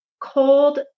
cold